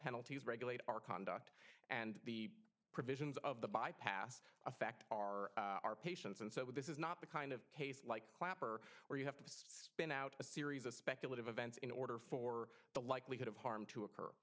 penalties regulate our conduct and the provisions of the bypass affect our our patients and so this is not the kind of case like clapper where you have to spin out a series of speculative events in order for the likelihood of harm to